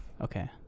Okay